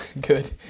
good